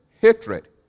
hatred